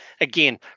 again